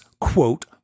quote